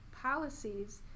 policies